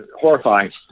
Horrifying